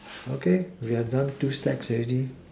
okay we have done two stacks already